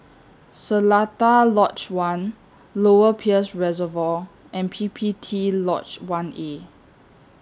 Seletar Lodge one Lower Peirce Reservoir and P P T Lodge one A